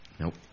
Nope